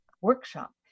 workshop